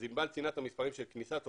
אז עינבל ציינה את המספרים של כניסת עובדים.